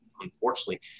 unfortunately